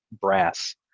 brass